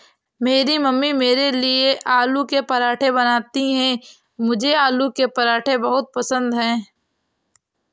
मेरी मम्मी मेरे लिए आलू के पराठे बनाती हैं मुझे आलू के पराठे बहुत पसंद है